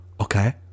Okay